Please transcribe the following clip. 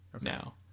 now